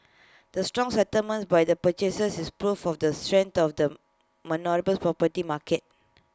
the strong settlements by the purchasers is proof of the strength of the Melbourne's property market